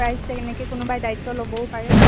প্ৰাইজটো তেনেকে কোনোবাই দায়িত্ব ল'বও পাৰে